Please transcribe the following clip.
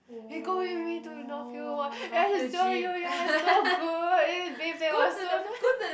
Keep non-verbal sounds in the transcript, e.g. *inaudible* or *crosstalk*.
hey go with me to North Hill leh ya he's so you ya is so good eh bathe there !wah! soon *laughs*